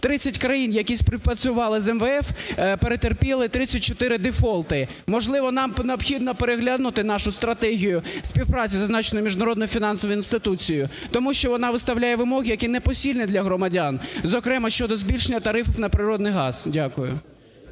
30 країн, які співпрацювали з МВФ, перетерпіли 34 дефолти. Можливо, нам необхідно переглянути нашу стратегію співпраці з зазначеною міжнародною фінансовою інституцією, тому що вона виставляє вимоги, які непосильні для громадян, зокрема, щодо збільшення тарифів на природній газ. Дякую.